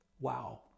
Wow